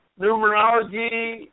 numerology